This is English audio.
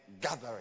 gathering